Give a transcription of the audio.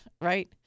right